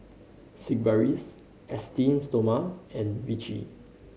Sigvaris Esteem Stoma and Vichy